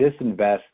disinvest